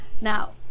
Now